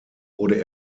wurde